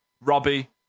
Robbie